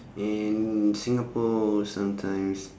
and singapore sometimes